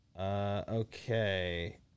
Okay